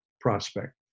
prospect